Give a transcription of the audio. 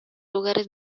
lugares